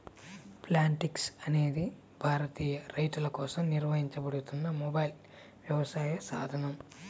Plantix అనేది భారతీయ రైతులకోసం నిర్వహించబడుతున్న మొబైల్ వ్యవసాయ సాధనం